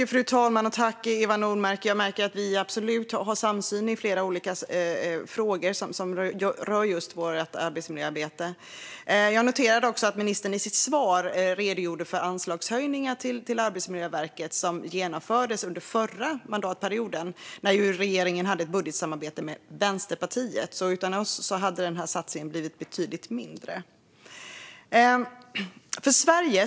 Fru talman! Tack, Eva Nordmark! Det finns absolut en samsyn mellan oss i flera olika frågor som rör just arbetsmiljöarbete. Jag noterade att ministern i sitt svar redogjorde för de anslagshöjningar till Arbetsmiljöverket som genomfördes under förra mandatperioden, när regeringen hade ett budgetsamarbete med Vänsterpartiet. Utan oss hade alltså den satsningen blivit betydligt mindre.